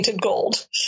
gold